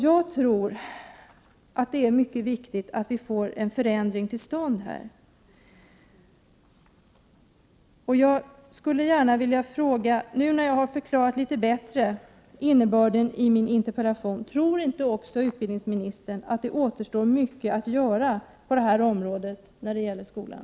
Jag tror att det är mycket viktigt att vi får en förändring till stånd. Nu när jag har förklarat innebörden av min interpellation litet bättre vill jag fråga: Tror inte också statsrådet att det återstår mycket att göra på det här området i skolan?